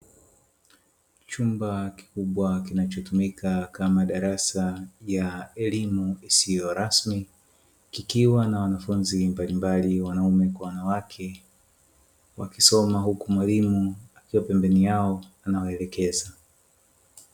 Chumba kikubwa kinachotumika kama darasa ya elimu isiyo rasmi kikiwa na wanafunzi mbalimbali wanaume kwa wanawake wakisoma huku mwalimu akiwa pembeni yao anawaelekeza.